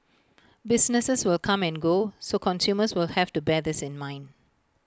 businesses will come and go so consumers will have to bear this in mind